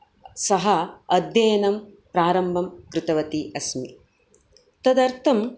सह अध्यनम् प्रारम्भं कृतवति अस्मि तदर्थं